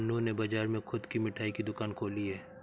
मन्नू ने बाजार में खुद की मिठाई की दुकान खोली है